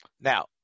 now